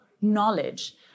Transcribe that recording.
knowledge